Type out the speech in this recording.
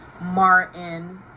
martin